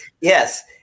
Yes